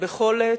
בכל עת,